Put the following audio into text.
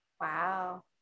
Wow